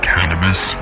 Cannabis